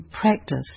practice